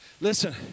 Listen